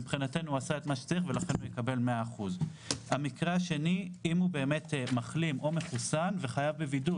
מבחינתנו הוא עשה את מה שצריך ולכן הוא יקבל 100%. המקרה השני: אם הוא באמת מחלים או מחוסן וחייב בבידוד.